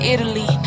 Italy